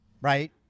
right